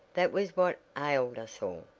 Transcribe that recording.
that was what ailed us all,